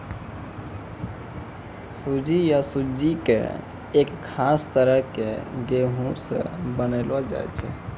सूजी या सुज्जी कॅ एक खास तरह के गेहूँ स बनैलो जाय छै